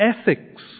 ethics